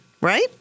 right